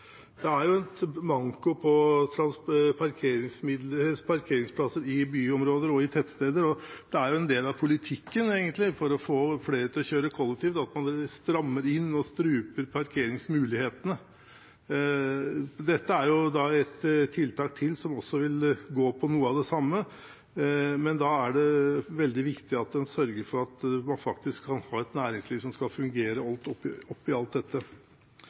det er jo egentlig en del av politikken for å få flere til å kjøre kollektivt at man strammer inn og struper parkeringsmulighetene. Dette er enda et tiltak som vil gå på noe av det samme, men da er det veldig viktig å sørge for at vi har et næringsliv som faktisk kan fungere oppe i alt dette.